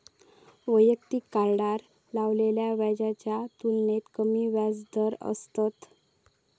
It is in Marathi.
वैयक्तिक कार्डार लावलेल्या व्याजाच्या तुलनेत कमी व्याजदर असतत